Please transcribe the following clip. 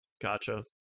Gotcha